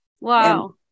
Wow